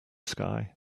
sky